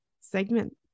segment